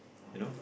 you know